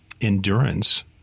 endurance